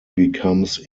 becomes